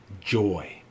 Joy